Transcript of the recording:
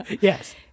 Yes